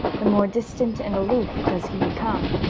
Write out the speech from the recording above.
the more distant and aloof does he become.